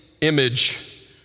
image